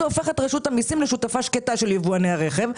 זה הופך את רשות המסים לשותפה שקטה של יבואני הרכב,